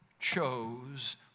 chose